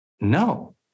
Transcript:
No